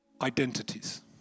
identities